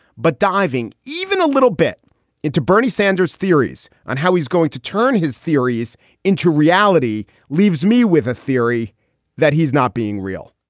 but diving even a little bit into bernie sanders theories on how he's going to turn his theories into reality leaves me with a theory that he's not being real